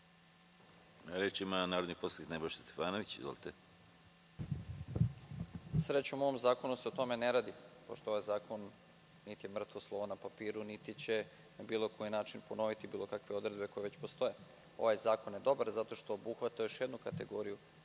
Reč ima narodni poslanik Nebojša Stefanović. Izvolite. **Nebojša Stefanović** Srećom, u ovom zakonu se o tome ne radi, pošto ovo slovo niti je mrtvo slovo na papiru niti će na bilo koji način ponoviti bilo kakve odredbe koje već postoje. Ovaj zakon je dobar zato što obuhvata još jednu kategoriju